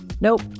Nope